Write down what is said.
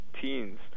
teens